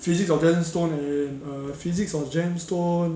physics of gemstone in err physics of gemstone